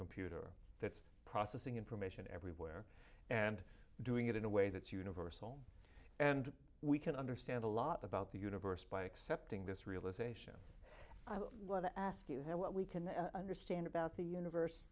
computer it's processing information every and doing it in a way that universal and we can understand a lot about the universe by accepting this realisation what i ask you what we can understand about the universe